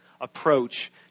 approach